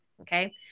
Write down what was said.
Okay